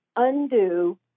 undo